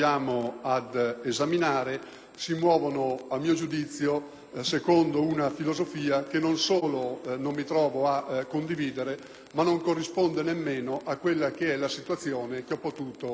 si muovono, a mio giudizio, secondo una filosofia che non solo non condivido, ma che non corrisponde nemmeno alla situazione che ho potuto sperimentare in forma diretta.